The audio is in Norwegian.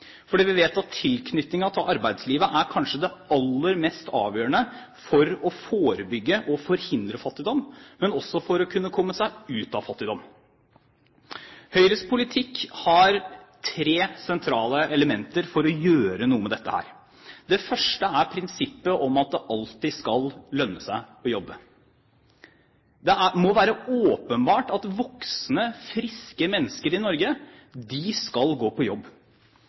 fordi vi vet at tilknytningen til arbeidslivet kanskje er det aller mest avgjørende for å forebygge og forhindre fattigdom, men også for å kunne komme seg ut av fattigdom. Høyres politikk har tre sentrale elementer for å gjøre noe med dette. Det første er prinsippet om at det alltid skal lønne seg å jobbe. Det må være åpenbart at voksne, friske mennesker i Norge skal gå på jobb,